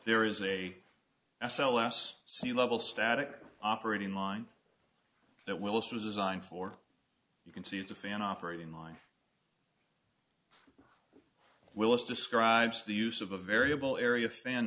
there is a s l s sea level static operating line that willis was designed for you can see it's a fan operating line willis describes the use of a variable area fan